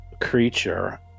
creature